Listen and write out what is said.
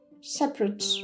separate